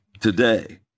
today